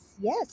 yes